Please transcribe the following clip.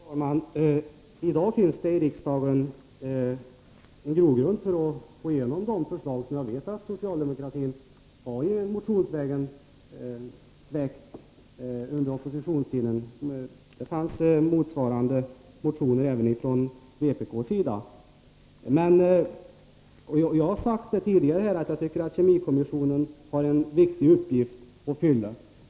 Fru talman! I dag finns det i riksdagen en grogrund för att gå igenom de förslag som jag vet att socialdemokratin har väckt motionsvägen under oppositionstiden. Det fanns motsvarande motioner även från vpk:s sida. Jag har tidigare sagt att jag tycker att kemikommissionen har en viktig uppgift att fylla.